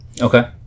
Okay